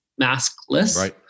maskless